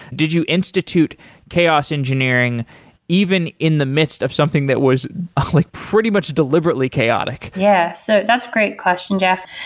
did you institute chaos engineering even in the midst of something that was like pretty much deliberately chaotic? yeah. so that's great question, jeff,